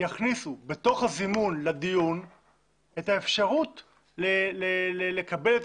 יכניסו בתוך הזימון לדיון את האפשרות לקבל את